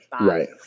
right